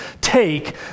take